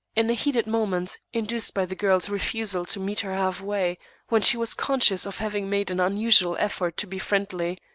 in a heated moment, induced by the girl's refusal to meet her half-way when she was conscious of having made an unusual effort to be friendly,